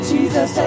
Jesus